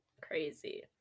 Crazy